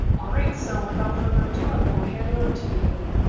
alright so without further ado, i'm going to hand it over to you dylan.